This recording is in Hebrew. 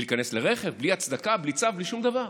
ולהיכנס לרכב בלי הצדקה, בלי צו, בלי שום דבר.